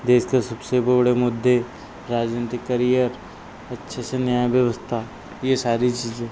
देश के सबसे बड़े मुद्दे राजनैतिक करियर अच्छे से न्याय व्यवस्था यह सारी चीज़ें